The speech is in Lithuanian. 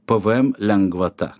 pvm lengvata